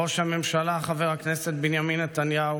ראש הממשלה חבר הכנסת בנימין נתניהו,